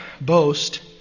boast